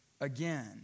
again